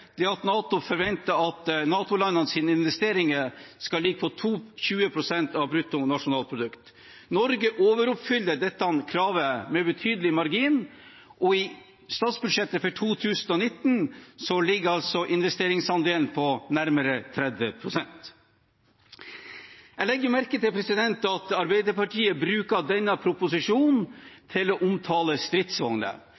er at NATO forventer at NATO-landenes investeringer skal ligge på 20 pst. av brutto nasjonalprodukt. Norge overoppfyller dette kravet med betydelig margin, og i statsbudsjettet for 2019 ligger altså investeringsandelen på nærmere 30 pst. Jeg legger merke til at Arbeiderpartiet bruker denne